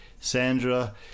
sandra